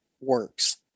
works